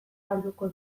galduko